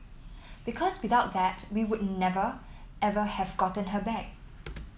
because without that we would never ever have gotten her back